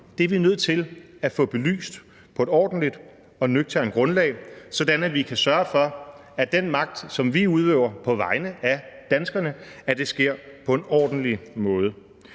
er vi nødt til at få belyst på et ordentligt og nøgternt grundlag, sådan at vi kan sørge for, at den magtudøvelse, som vi på vegne af danskerne udøver, sker på en ordentlig måde.